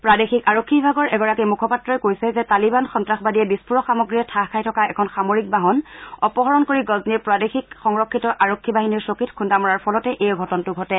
প্ৰাদেশিক আৰক্ষী বিভাগৰ এগৰাকী মুখ্যপাত্ৰই কৈছে তালিবান সন্নাসবাদীয়ে বিস্ফোৰক সামগ্ৰীৰে থাহ খাই থকা এখন সমাৰকি বাহন অপহৰণ কৰি গজ্নিৰ প্ৰাদেশিক সংৰক্ষিত আৰক্ষী বাহিনীৰ চকীত খুন্দা মৰাৰ ফলতে এই অঘটনটো ঘটে